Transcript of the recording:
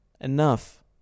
Enough